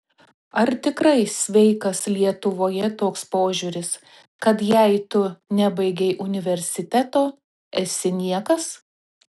ar tikrai sveikas lietuvoje toks požiūris kad jei tu nebaigei universiteto esi niekas